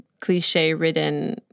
cliche-ridden